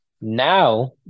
Now